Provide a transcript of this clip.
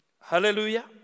Hallelujah